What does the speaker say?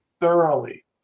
thoroughly